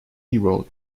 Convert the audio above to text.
road